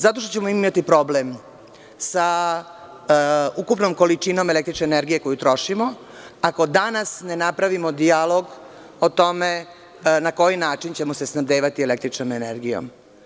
Zato što ćemo imati problem sa ukupnom količinom električne energije koju trošimo, ako danas ne napravimo dijalog o tome na koji način ćemo se snabdevati električnom energijom.